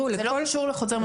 זה לא אישור לחוזר מנכ"ל.